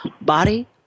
body